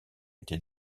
été